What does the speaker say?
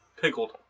pickled